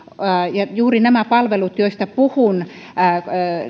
ja juuri näissä palveluissa joista puhun ja